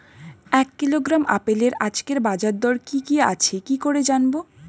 এক কিলোগ্রাম আপেলের আজকের বাজার দর কি কি আছে কি করে জানবো?